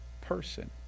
person